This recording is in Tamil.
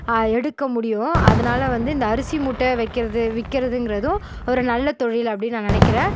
எடுக்க முடியும் அதனால் வந்து இந்த அரிசி மூட்டை வைக்கிறது விக்கிறதுங்கிறதோ ஒரு நல்ல தொழில் அப்படின் நான் நினைக்கிறேன்